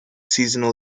seasonal